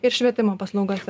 ir švietimo paslaugose